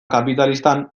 kapitalistan